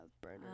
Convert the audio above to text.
Burner